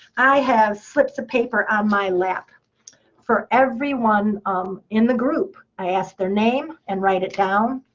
i have slips of paper on my lap for everyone in the group. i ask their name and write it down.